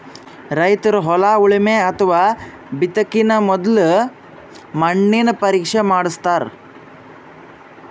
ರೈತರ್ ಹೊಲ ಉಳಮೆ ಅಥವಾ ಬಿತ್ತಕಿನ ಮೊದ್ಲ ಮಣ್ಣಿನ ಪರೀಕ್ಷೆ ಮಾಡಸ್ತಾರ್